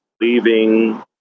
leaving